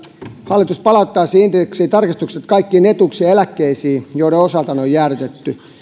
hallitus palauttaisi indeksitarkistukset kaikkiin etuuksiin ja eläkkeisiin joiden osalta ne on jäädytetty